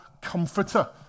comforter